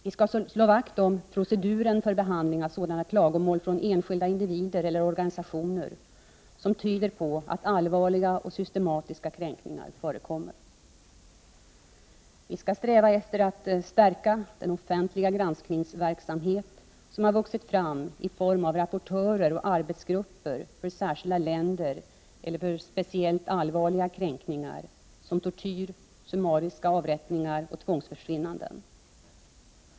Vi skall slå vakt om proceduren för behandling av sådana klagomål från enskilda individer eller organisationer som tyder på att allvarliga och systematiska kränkningar förekommer. Vi skall sträva efter att stärka den offentliga granskningsverksamhet som har vuxit fram i form av rapportörer och arbetsgrupper för särskilda länder eller speciellt allvarliga kränkningar som tortyr, summariska avrättningar och tvångsförsvinnanden.